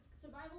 survival